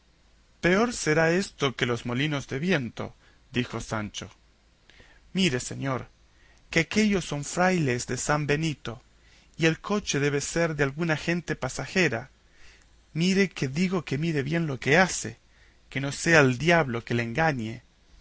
peor será esto que los molinos de viento dijo sancho mire señor que aquéllos son frailes de san benito y el coche debe de ser de alguna gente pasajera mire que digo que mire bien lo que hace no sea el diablo que le engañe